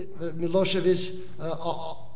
Milosevic